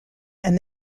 and